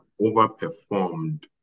overperformed